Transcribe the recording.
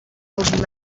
old